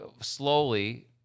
slowly